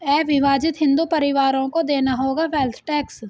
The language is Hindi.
अविभाजित हिंदू परिवारों को देना होगा वेल्थ टैक्स